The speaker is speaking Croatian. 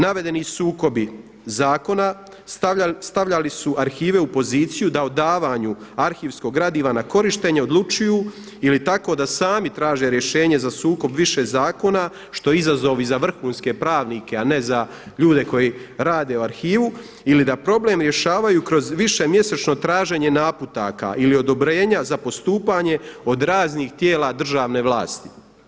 Navedeni sukobi zakona stavljali su arhivi u poziciju da o davanju arhivskog gradiva na korištenje odlučuju ili tako da sami traže rješenje za sukob više zakona, što izazovi za vrhunske pravnike, a ne za ljude koji rade u arhivu ili da problem rješavanju kroz višemjesečno traženje naputaka ili odobrenja za postupanje od raznih tijela državne vlasti.